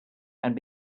and